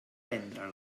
vendre